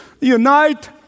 Unite